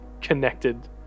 Connected